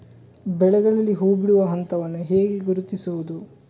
ಬೆಳೆಗಳಲ್ಲಿ ಹೂಬಿಡುವ ಹಂತವನ್ನು ಹೇಗೆ ಗುರುತಿಸುವುದು?